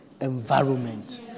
environment